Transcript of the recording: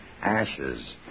Ashes